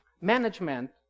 Management